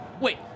wait